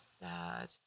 sad